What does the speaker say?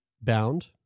bound